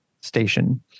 station